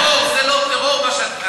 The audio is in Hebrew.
בין הטרור למוסר אין קשר.